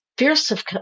Fierce